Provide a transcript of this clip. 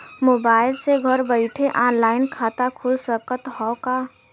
Mobile से घर बैठे ऑनलाइन खाता खुल सकत हव का?